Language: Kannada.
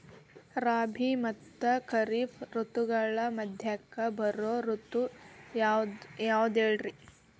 ರಾಬಿ ಮತ್ತ ಖಾರಿಫ್ ಋತುಗಳ ಮಧ್ಯಕ್ಕ ಬರೋ ಋತು ಯಾವುದ್ರೇ?